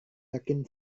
yakin